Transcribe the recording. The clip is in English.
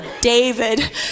David